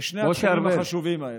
בשני התחומים החשובים האלה.